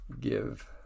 give